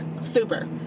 Super